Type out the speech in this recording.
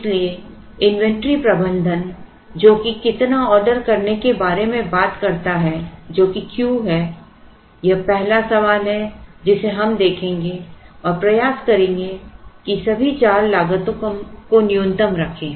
इसलिए इन्वेंट्री प्रबंधन जो कि कितना ऑर्डर करने के बारे में बात करता है जो कि Q है यह पहला सवाल है जिसे हम देखेंगे और प्रयास करेंगे कि सभी चार लागतों को न्यूनतम रखें